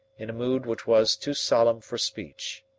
in a mood which was too solemn for speech,